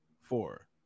four